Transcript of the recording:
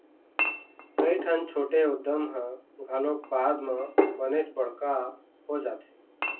कइठन छोटे उद्यम ह घलोक बाद म बनेच बड़का हो जाथे